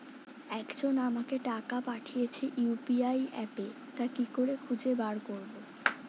একজন আমাকে টাকা পাঠিয়েছে ইউ.পি.আই অ্যাপে তা কি করে খুঁজে বার করব?